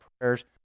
prayers